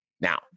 Now